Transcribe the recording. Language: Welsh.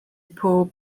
bob